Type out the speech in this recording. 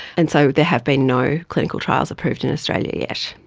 and so there have been no clinical trials approved in australia yet.